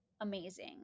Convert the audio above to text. amazing